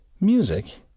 Music